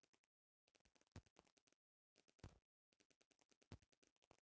पानी के जमीन से चपाकल से निकालल जाला